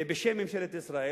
בשם ממשלת ישראל,